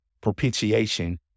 propitiation